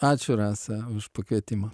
ačiū rasa už pakvietimą